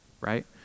Right